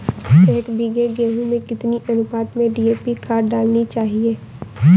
एक बीघे गेहूँ में कितनी अनुपात में डी.ए.पी खाद डालनी चाहिए?